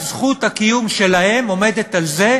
כי זכות הקיום שלהן עומדת על זה,